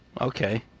okay